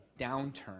downturn